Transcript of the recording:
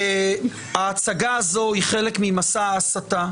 ההצגה הזאת היא חלק ממסע ההסתה,